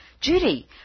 Judy